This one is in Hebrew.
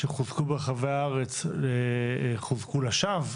שחוזקו ברחבי הארץ, חוזקו לשווא?